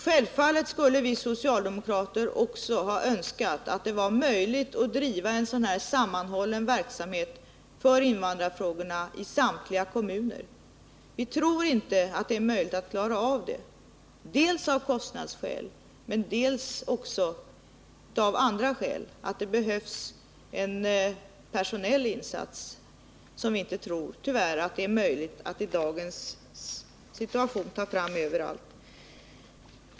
Självfallet skulle vi socialdemokrater också ha önskat att det vore möjligt att driva en sådan här sammanhållen verksamhet för invandrarfrågorna i samtliga kommuner. Vi tror inte att det är möjligt att klara av det — dels av kostnadsskäl, dels också av andra skäl. Det behövs nämligen en personell insats som vi tyvärr inte tror att det är möjligt att åstadkomma överallt i dagens situation.